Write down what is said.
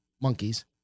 monkeys